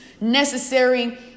necessary